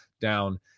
down